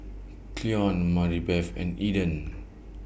Cleon Maribeth and Eden